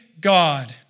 God